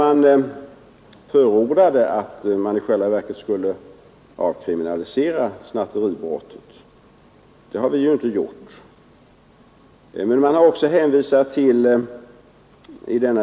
Den förordade i själva verket att man skulle avkriminalisera snatteribrotten. Det har vi inte gjort.